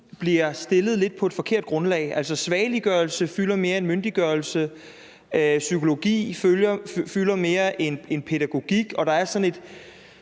bliver stillet på et forkert grundlag. Svageliggørelse fylder mere end myndiggørelse, psykologi fylder mere end pædagogik,